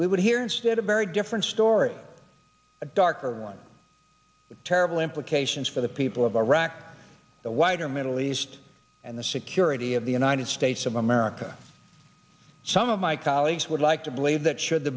we would hear instead a very different story a darker one with terrible implications for the people of iraq the wider middle east and the security of the united states of america some of my colleagues would like to believe that should the